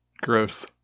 gross